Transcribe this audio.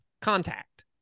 contact